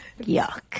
Yuck